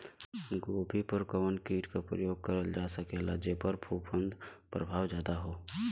गोभी पर कवन कीट क प्रयोग करल जा सकेला जेपर फूंफद प्रभाव ज्यादा हो?